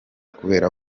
kubera